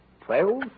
twelve